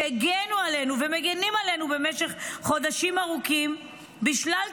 שהגנו עלינו ומגינים עלינו במשך חודשים ארוכים בשלל תפקידים,